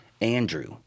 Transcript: Andrew